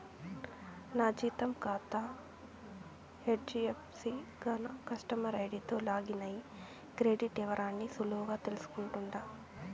నా జీతం కాతా హెజ్డీఎఫ్సీ గాన కస్టమర్ ఐడీతో లాగిన్ అయ్యి క్రెడిట్ ఇవరాల్ని సులువుగా తెల్సుకుంటుండా